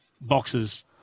boxes